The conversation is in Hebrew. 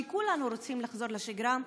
וכולנו רוצים לחזור לשגרה,